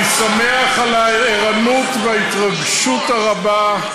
אני שמח על הערנות וההתרגשות הרבה,